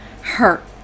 hurt